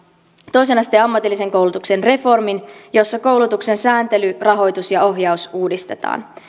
toisen asteen ammatillisen koulutuksen reformin jossa koulutuksen sääntely rahoitus ja ohjaus uudistetaan